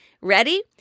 Ready